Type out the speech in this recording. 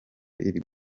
iri